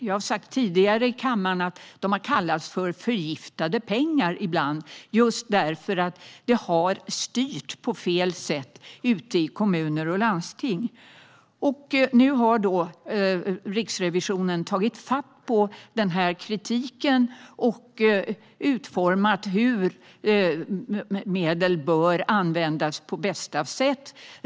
Jag har sagt tidigare i kammaren att de ibland har kallats för förgiftade pengar just för att de har styrt på fel sätt ute i kommuner och landsting. Nu har Riksrevisionen tagit fatt på kritiken och utformat hur medel bör användas på bästa sätt.